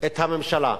את הממשלה: